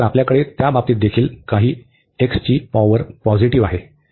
तर आपल्याकडे त्या बाबतीत देखील काही ची पॉवर पॉझिटिव्ह आहे